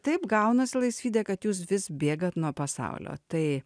taip gaunasi laisvyde kad jūs vis bėgat nuo pasaulio tai